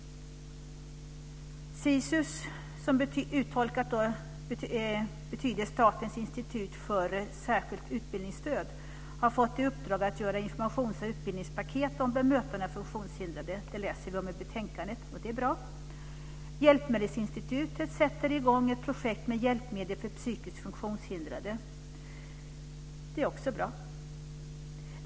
Sisus, som betyder Statens institut för särskilt utbildningsstöd, har fått i uppdrag att göra informations och utbildningspaket om bemötande av funktionshindrade, kan vi läsa i betänkandet, och det är bra. Hjälpmedelsinstitutet sätter i gång ett projekt med hjälpmedel för psykiskt funktionshindrade. Det är också bra.